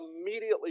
immediately